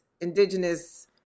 indigenous